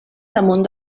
damunt